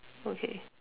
okay